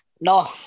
no